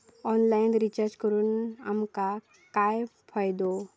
Online recharge करून आमका काय फायदो?